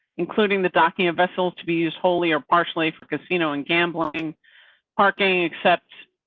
including the docking of vessels to be used wholly or partially for casino and gambling parking, except.